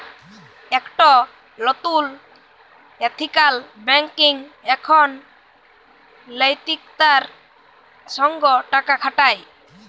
একট লতুল ethical banking এখন লৈতিকতার সঙ্গ টাকা খাটায়